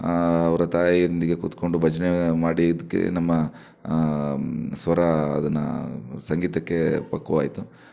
ಅವರ ತಾಯಿಯೊಂದಿಗೆ ಕುತ್ಕೊಂಡು ಭಜನೆ ಮಾಡಿದ್ದಕ್ಕೆ ನಮ್ಮ ಸ್ವರ ಅದನ್ನು ಸಂಗೀತಕ್ಕೆ ಪಕ್ಕವಾಯ್ತು